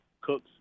Cooks